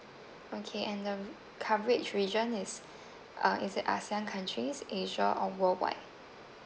okay and um coverage region is uh is it ASEAN countries asia or worldwide